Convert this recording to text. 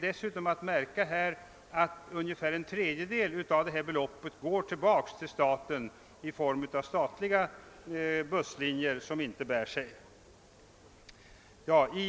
Dessutom är att märka att ungefär en tredjedel av beloppet går tillbaka till staten i form av bidrag till statliga busslinjer som inte bär sig.